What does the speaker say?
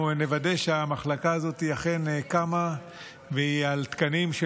אנחנו נוודא שהמחלקה הזאת אכן קמה ושהיא על תקנים של